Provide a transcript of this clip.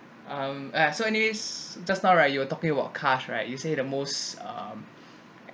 um so any just now right you were talking about car right you say the most um